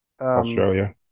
Australia